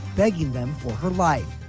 begging them for her life.